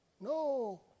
No